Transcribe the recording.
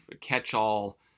catch-all